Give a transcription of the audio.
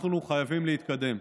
אנחנו חייבים להתקדם.